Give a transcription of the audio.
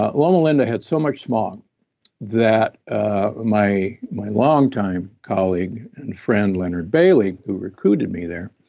ah loma linda had so much smog that ah my my long-time colleague and friend, leonard bailey, who recruited me there,